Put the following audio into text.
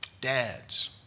Dads